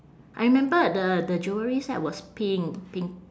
I remember the the jewellery set was pink pink